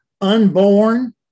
unborn